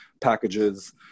packages